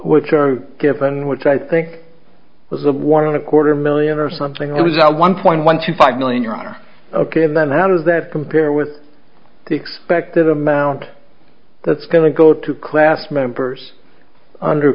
which are given which i think was a one in a quarter million or something that was one point one two five million your honor ok and then out of that compare with the expected amount that's going to go to class members under